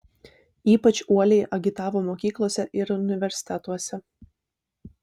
ypač uoliai agitavo mokyklose ir universitetuose